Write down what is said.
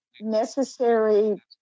necessary